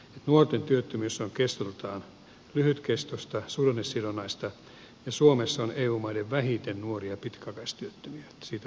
nuorten työttömyys on kestoltaan lyhytkestoista suhdannesidonnaista ja suomessa on eu maiden vähiten nuoria pitkäaikaistyöttömiä siitä voidaan olla ihan ylpeitä